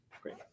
Great